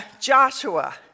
Joshua